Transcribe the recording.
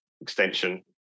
extension